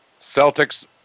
Celtics